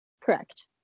Correct